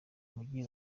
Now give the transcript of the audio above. mugi